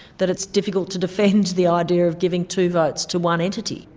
that it's difficult to defend the idea of giving two votes to one entity.